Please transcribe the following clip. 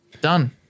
Done